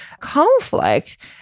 conflict